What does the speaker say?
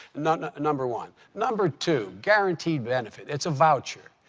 number number one. number two, guaranteed benefit it's a voucher.